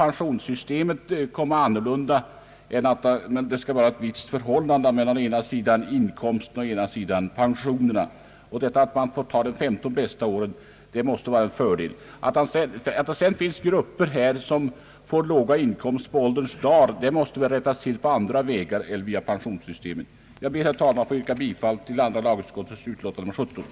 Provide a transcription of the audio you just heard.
Pensionssystemet måste vara så uppbyggt att det finns ett visst samband mellan inkomsten och pensionen. Det måste vara en fördel att få räkna med de femton bästa åren. Att det sedan finns grupper som har låga inkomster på ålderns dar måste väl rättas till på andra vägar än via pensionssystemet. Jag ber, herr talman, att få yrka bifall till andra lagutskottets utlåtande nr 17.